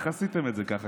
איך עשיתם את זה ככה